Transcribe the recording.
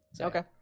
Okay